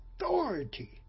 authority